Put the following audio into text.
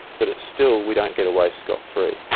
but still we don't get away scot-free.